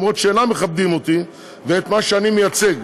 למרות שאינם מכבדים אותי ואת מה שאני מייצג.